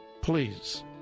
please